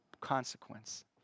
consequence